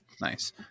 nice